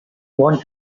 want